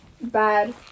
bad